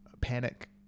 panic